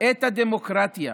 את הדמוקרטיה.